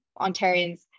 Ontarians